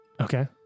Okay